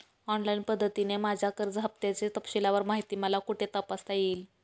Online पद्धतीने माझ्या कर्ज हफ्त्याची तपशीलवार माहिती मला कुठे तपासता येईल?